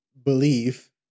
believe